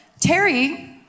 Terry